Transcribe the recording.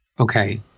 Okay